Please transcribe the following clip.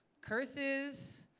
curses